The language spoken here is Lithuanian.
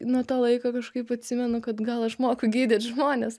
nuo to laiko kažkaip atsimenu kad gal aš moku gydyt žmones